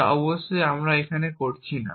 যা অবশ্যই আমরা এখানে করছি না